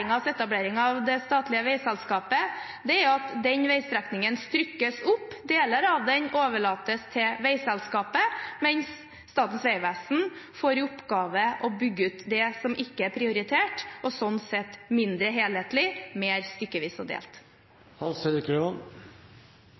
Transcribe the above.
regjeringens etablering av det statlige veiselskapet, er at den veistrekningen stykkes opp. Deler av den overlates til veiselskapet, mens Statens vegvesen får i oppgave å bygge ut det som ikke er prioritert, og sånn sett blir det mindre helhetlig og mer stykkevis og